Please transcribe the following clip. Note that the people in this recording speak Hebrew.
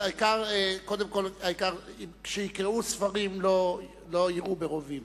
העיקר, כשיקראו ספרים לא יירו ברובים,